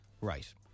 Right